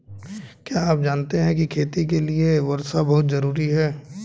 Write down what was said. क्या आप जानते है खेती के लिर वर्षा बहुत ज़रूरी है?